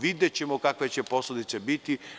Videćemo kakve će posledice biti.